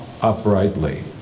uprightly